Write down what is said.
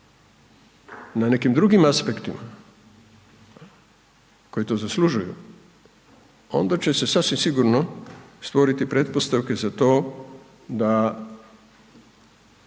na nekim drugim aspektima koji to zaslužuju, onda će se sasvim sigurno stvoriti pretpostavke za to da